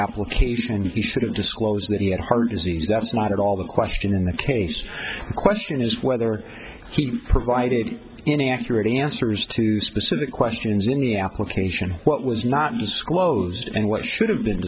application he should have disclosed that he had heart disease that's not at all the question in the case the question is whether he provided any accurate answers to specific questions in the application what was not disclosed and what should have been